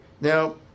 Now